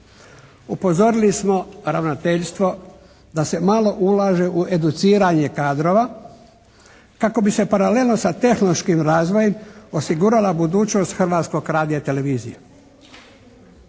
upozorili smo ravnateljstvo da se malo ulaže u educiranje kadrova kako bi se paralelno sa tehnološkim razvojem osigurala budućnost Hrvatskog radija i televizije.